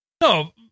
No